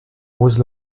rose